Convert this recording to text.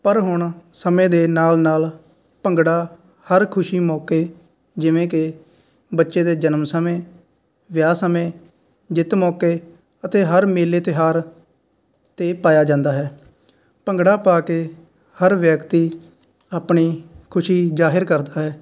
ਪਰ ਹੁਣ ਸਮੇਂ ਦੇ ਨਾਲ ਨਾਲ ਭੰਗੜਾ ਹਰ ਖੁਸ਼ੀ ਮੌਕੇ ਜਿਵੇਂ ਕਿ ਬੱਚੇ ਦੇ ਜਨਮ ਸਮੇਂ ਵਿਆਹ ਸਮੇਂ ਜਿੱਤ ਮੌਕੇ ਅਤੇ ਹਰ ਮੇਲੇ ਤਿਉਹਾਰ 'ਤੇ ਪਾਇਆ ਜਾਂਦਾ ਹੈ ਭੰਗੜਾ ਪਾ ਕੇ ਹਰ ਵਿਅਕਤੀ ਆਪਣੀ ਖੁਸ਼ੀ ਜਾਹਿਰ ਕਰਦਾ ਹੈ